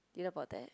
you know about that